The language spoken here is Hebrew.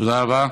תודה רבה.